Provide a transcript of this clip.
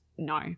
No